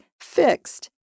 fixed